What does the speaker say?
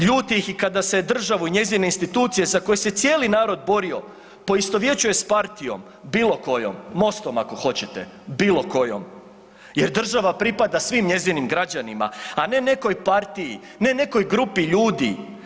Ljuti ih i kada se državu i njezine institucije za koje se cijeli narod borio poistovjećuje s partijom bilo kojom, MOST-om ako hoćete, bilo kojom jer država pripada svim njezinim građanima, a ne nekoj partiji, ne nekoj grupi ljudi.